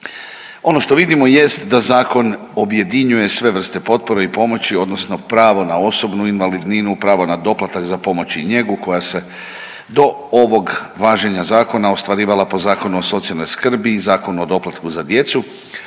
Ono što vidimo jest da zakon objedinjuje sve vrste potpore i pomoći, odnosno pravo na osobnu invalidninu, pravo na doplatak za pomoć i njegu koja se do ovog važenja zakona ostvarivala po Zakonu o socijalnoj skrbi i Zakonu o doplatku za djecu